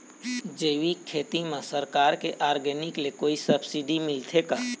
जैविक खेती म सरकार के ऑर्गेनिक ले कोई सब्सिडी मिलथे का?